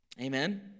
Amen